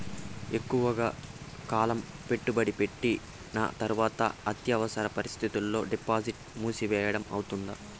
ఎక్కువగా కాలం పెట్టుబడి పెట్టిన తర్వాత అత్యవసర పరిస్థితుల్లో డిపాజిట్లు మూసివేయడం అవుతుందా?